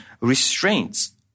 restraints